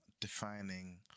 defining